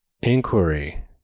inquiry